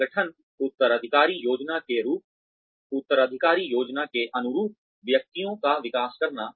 संगठन उत्तराधिकारी योजना के अनुरूप व्यक्तियों का विकास करना